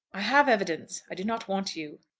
i have evidence. i do not want you.